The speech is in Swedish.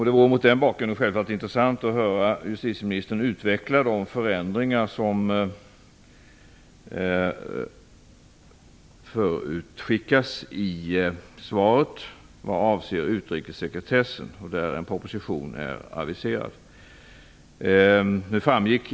Det vore mot den bakgrunden självfallet intressant att höra justitieministern utveckla det som i svaret förutskickas om förändringar vad avser utrikessekretessen, där en proposition är aviserad.